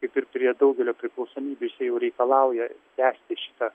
kaip ir prie daugelio priklausomybių jisau jau reikalauja tęsti šitą